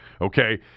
Okay